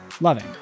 Loving